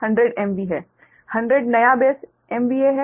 100 नया base MVA है